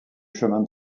chemin